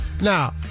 Now